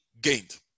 gained